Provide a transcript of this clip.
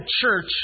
church